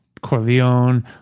Corleone